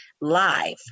live